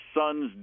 son's